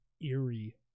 eerie